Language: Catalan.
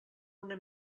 una